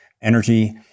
energy